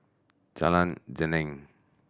Jalan Geneng